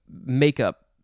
makeup